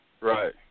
Right